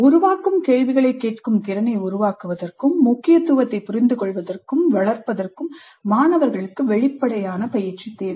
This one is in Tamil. உருவாக்கும் கேள்விகளைக் கேட்கும் திறனை உருவாக்குவதற்கும் முக்கியத்துவத்தைப் புரிந்துகொள்வதற்கும் வளர்ப்பதற்கும் மாணவர்களுக்கு வெளிப்படையான பயிற்சி தேவை